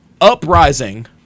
uprising